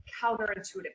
counterintuitive